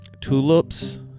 tulips